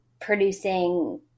producing